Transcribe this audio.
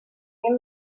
mil